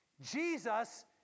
Jesus